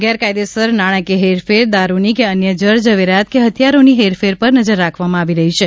ગેરકાયદેસર નાણાકીય હેરફેર દારૂની કે અન્ય જર ઝવેરાત કે હથિયારોની હેરફેર પર નજર રાખવામાં આવી રહી છે